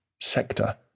sector